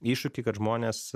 iššūkį kad žmonės